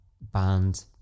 band